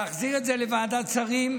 להחזיר את זה לוועדת השרים,